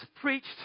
preached